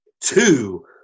two